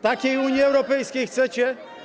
Takiej Unii Europejskiej chcecie?